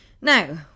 Now